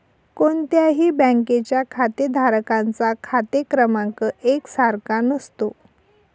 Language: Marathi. कोणत्याही बँकेच्या खातेधारकांचा खाते क्रमांक एक सारखा नसतो